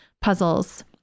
puzzles